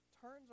turns